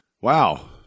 wow